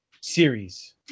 series